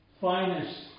finest